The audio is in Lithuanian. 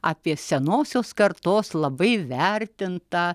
apie senosios kartos labai vertintą